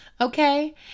Okay